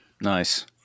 nice